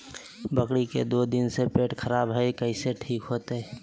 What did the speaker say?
बकरी के दू दिन से पेट खराब है, कैसे ठीक होतैय?